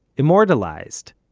immortalized.